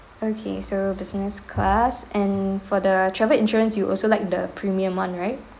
okay so business class and for the travel insurance you also like the premium one right